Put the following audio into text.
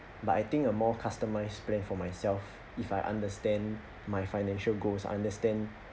but I think a more customised plan for myself if I understand my financial goals understand